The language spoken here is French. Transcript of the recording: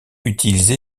utilisé